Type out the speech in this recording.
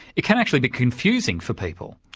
it can actually be confusing for people.